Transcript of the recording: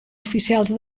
oficials